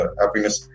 happiness